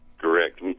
Correct